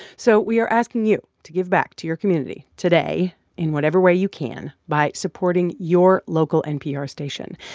so we are asking you to give back to your community today in whatever way you can by supporting your local npr station.